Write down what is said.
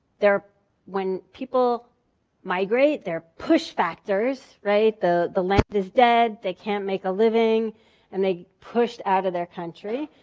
when people migrate, there are push factors, right? the the land is dead, they can't make a living and they pushed out of their country.